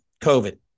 COVID